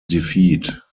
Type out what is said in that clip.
defeat